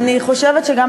נכון.